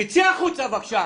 תצאי החוצה בבקשה.